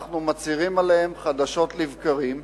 אנחנו מצהירים עליהם חדשות לבקרים,